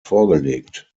vorgelegt